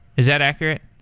is that accurate?